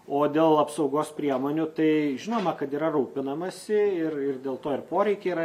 o dėl apsaugos priemonių tai žinoma kad yra rūpinamasi ir ir dėl to ir poreikiai yra